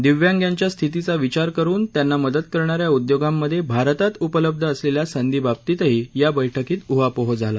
दिव्यांगांच्या स्थितीचा विचार करुन त्यांना मदत करणा या उद्योगांमधे भारतात उपलब्ध असलेल्या संधीबाबतही या बैठकीत उहापोह झाला